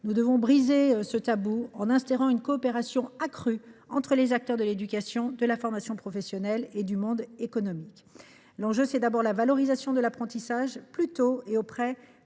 Nous devons briser un tabou, en instaurant une coopération accrue entre les acteurs de l’éducation, de la formation professionnelle et du monde économique. L’enjeu consiste d’abord à valoriser l’apprentissage, plus tôt et auprès